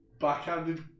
Backhanded